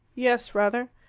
yes, rather.